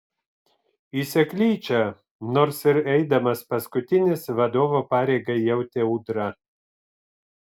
į seklyčią nors ir eidamas paskutinis vadovo pareigą jautė ūdra